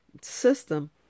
system